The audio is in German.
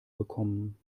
bekommen